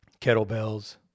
kettlebells